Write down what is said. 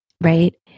right